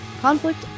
conflict